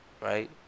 Right